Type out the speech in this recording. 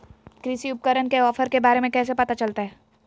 कृषि उपकरण के ऑफर के बारे में कैसे पता चलतय?